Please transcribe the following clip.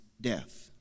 death